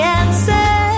answer